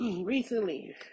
recently